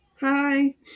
Hi